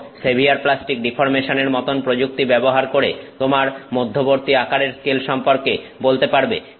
এবং severe plastic ডিফর্মেশনের মতন প্রযুক্তি ব্যবহার করে তোমরা মধ্যবর্তী আকারের স্কেল সম্পর্কে বলতে পারবে